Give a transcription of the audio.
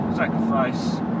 Sacrifice